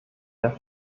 der